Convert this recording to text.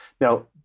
now